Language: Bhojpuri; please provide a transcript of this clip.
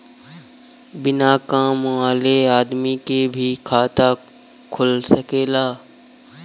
बिना काम वाले आदमी के भी खाता खुल सकेला की ना?